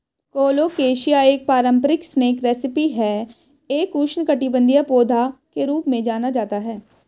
colocasia एक पारंपरिक snack recipe है एक उष्णकटिबंधीय पौधा के रूप में जाना जाता है